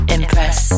Impress